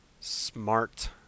smart